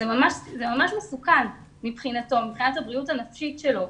זה ממש מסוכן מבחינתו, מבחינת הבריאות הנפשית שלו.